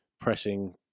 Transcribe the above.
pressing